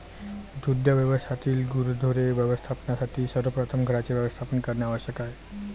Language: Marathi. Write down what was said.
दुग्ध व्यवसायातील गुरेढोरे व्यवस्थापनासाठी सर्वप्रथम घरांचे व्यवस्थापन करणे आवश्यक आहे